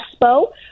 expo